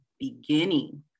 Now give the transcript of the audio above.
beginning